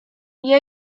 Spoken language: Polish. nie